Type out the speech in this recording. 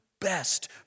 best